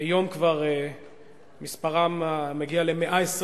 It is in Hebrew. שהיום מספרה כבר מגיע ל-120,000,